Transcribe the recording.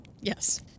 Yes